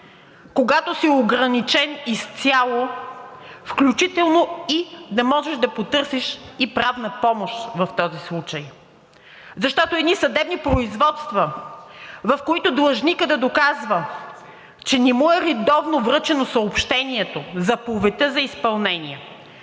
когато си ограничен изцяло, включително да можеш да потърсиш и правна помощ в този случай. Защото едни съдебни производства, в които длъжникът да доказва, че не му е редовно връчено съобщението – заповедта за изпълнение,